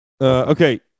Okay